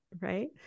right